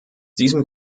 diesem